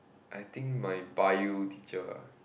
I think my Bio teacher